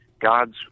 God's